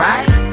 Right